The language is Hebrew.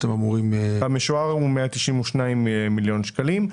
המשוער הוא 192 מיליון שקלים.